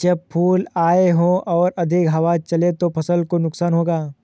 जब फूल आए हों और अधिक हवा चले तो फसल को नुकसान होगा?